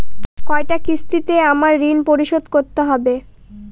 কয়টা কিস্তিতে আমাকে ঋণ পরিশোধ করতে হবে?